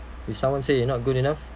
if someone say you're not good enough